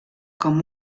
com